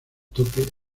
toque